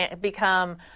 become